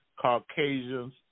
Caucasians